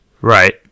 Right